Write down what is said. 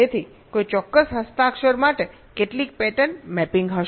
તેથી કોઈ ચોક્કસ હસ્તાક્ષર માટે કેટલી પેટર્ન મેપિંગ હશે